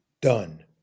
done